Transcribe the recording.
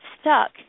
stuck